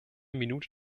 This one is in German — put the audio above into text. minute